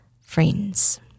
friends